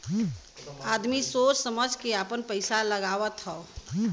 आदमी सोच समझ के आपन पइसा लगावत हौ